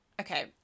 okay